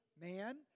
man